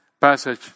passage